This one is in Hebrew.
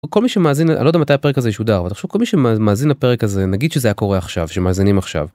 כל מי שמאזין, אני לא יודע מתי הפרק הזה ישודר, אבל תחשוב כל מי שמאזין לפרק הזה, נגיד שזה היה קורה עכשיו, שמאזינים עכשיו.